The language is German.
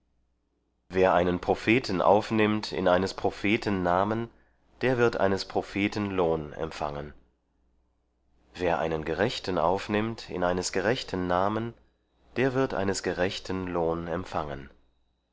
wer einen propheten aufnimmt in eines propheten namen der wird eines propheten lohn empfangen wer einen gerechten aufnimmt in eines gerechten namen der wird eines gerechten lohn empfangen